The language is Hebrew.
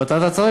מטרת ההצעה,